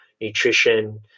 nutrition